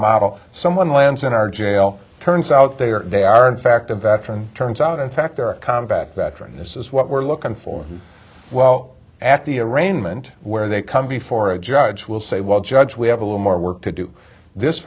model someone lands in our jail turns out they are they are in fact a veteran turns out in fact our combat veteran this is what we're looking for well at the arraignment where they come before a judge will say well judge we have a little more work to do this